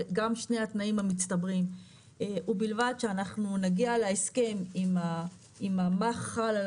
גם שני התנאים המצטברים ובלבד שאנחנו נגיע להסכם עם המח"ל על